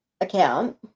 account